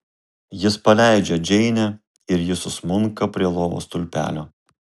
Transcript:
jis paleidžia džeinę ir ji susmunka prie lovos stulpelio